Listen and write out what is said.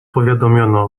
powiadomiono